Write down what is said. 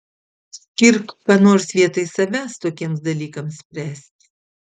skirk ką nors vietoj savęs tokiems dalykams spręsti